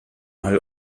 all